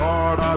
Lord